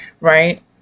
right